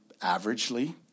averagely